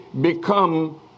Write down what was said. become